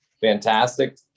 fantastic